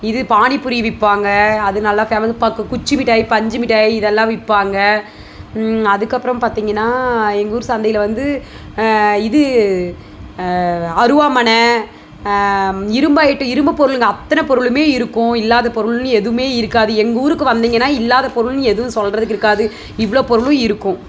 இது பானி பூரி விற்பாங்க அது நல்லா ஃபேமஸ்ஸு ப கு குச்சி மிட்டாய் பஞ்சி மிட்டாய் இதெல்லாம் விற்பாங்க அதுக்கப்புறம் பார்த்தீங்கன்னா எங்கள் ஊர் சந்தையில் வந்து இது அருவாமனை இரும்பு ஐட்டம் இரும்பு பொருளுங்க அத்தனை பொருளுமே இருக்கும் இல்லாத பொருள்னு எதுவுமே இருக்காது எங்கள் ஊருக்கு வந்தீங்கன்னா இல்லாத பொருள்னு எதுவும் சொல்கிறதுக்கு இருக்காது இவ்வளோ பொருளும் இருக்கும்